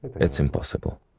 it's impossible.